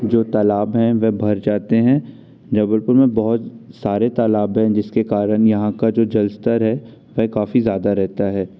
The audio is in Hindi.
जो तलाब है वो भर जाते हैं जबलपुर में बहुत सारे तालाब है जिसके करण यहाँ का जो जल स्तर है वह काफ़ी ज़्यादा रहता है